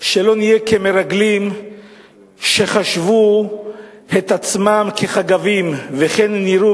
שלא נהיה כמרגלים שחשבו את עצמם כחגבים וכן נראו